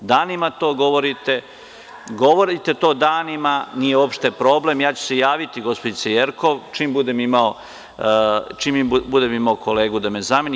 Danima to govorite, nije uopšte problem, ja ću se javiti gospođice Jerkov, čim budem imao kolegu da me zameni.